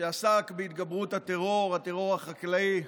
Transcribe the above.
שעסק בהתגברות הטרור, הטרור החקלאי.